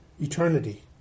eternity